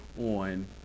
on